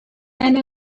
أنا